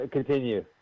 Continue